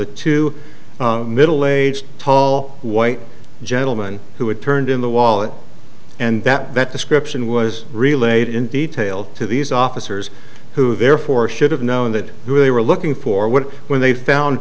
the two middle aged tall white gentleman who had turned in the wallet and that that description was relayed in detail to these officers who therefore should have known that they were looking for what when they found